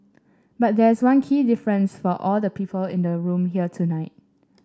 but there is one key difference for all the people in the room here tonight